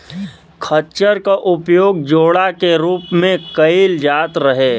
खच्चर क उपयोग जोड़ा के रूप में कैईल जात रहे